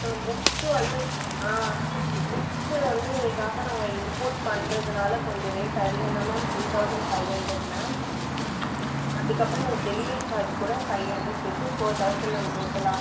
ம் புக்ஸ் வந்து புக்ஸ் வந்து உங்களுக்காக நாங்கள் இம்போர்ட் பண்ணுறதுனால கொஞ்சம் ரேட் அதிகம் தான் ma'am three thousand five hundred ma'am அதுக்கப்புறம் நாங்கள் டெலிவரி சார்ஜ் கூட ஃபைவ் ஹன்ட்ரட் சேர்த்து ஃபோர் தௌசண்ட் மேம் டோட்டலாக